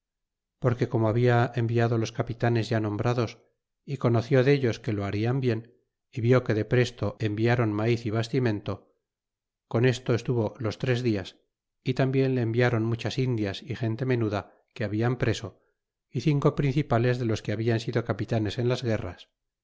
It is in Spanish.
porque como habia enviado los capitanes ya nombrados y conoció dellos que lo harian bien y vi que de presto enviaron maíz y bastimeno con esto estuvo los tres dias y tambien le enviaron muchas indias y gente menuda que habian preso y cinco principales de los que hablan sido capitanes en las guerras